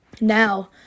Now